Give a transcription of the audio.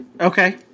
Okay